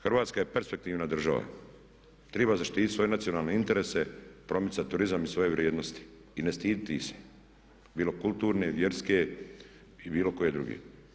Hrvatska je perspektivna država, treba zaštititi svoje nacionalne interese, promicati turizam i svoje vrijednosti i ne stidjeti ih se, bilo kulturne, vjerske i bilo koje druge.